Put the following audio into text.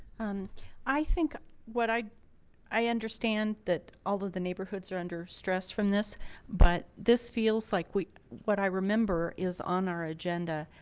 um i think what i i understand that although the neighborhood's are under stress from this but this feels like we what i remember is on our agenda.